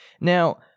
Now